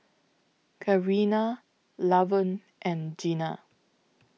Karina Lavon and Gina